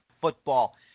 football